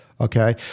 Okay